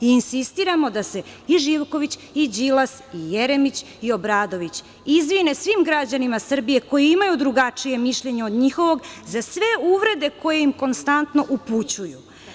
I insistiramo da se i Živković i Đilas i Jeremić i Obradović izvine svim građanima Srbije koji imaju drugačije mišljenje od njihovog za sve uvrede koje im konstantno upućuju.